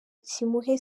kimuhe